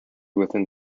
within